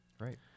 right